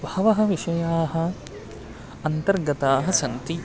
बहवः विषयाः अन्तर्गताः सन्ति